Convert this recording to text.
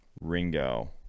Ringo